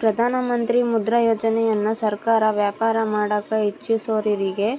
ಪ್ರಧಾನಮಂತ್ರಿ ಮುದ್ರಾ ಯೋಜನೆಯನ್ನ ಸರ್ಕಾರ ವ್ಯಾಪಾರ ಮಾಡಕ ಇಚ್ಚಿಸೋರಿಗೆ